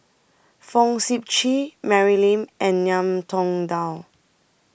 Fong Sip Chee Mary Lim and Ngiam Tong Dow